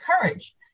courage